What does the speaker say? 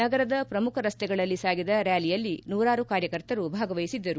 ನಗರದ ಪ್ರಮುಖ ರಸ್ತೆಗಳಲ್ಲಿ ಸಾಗಿದ ರ್ಕಾಲಿಯಲ್ಲಿ ನೂರಾರು ಕಾರ್ಯಕರ್ತರು ಭಾಗವಹಿಸಿದ್ದರು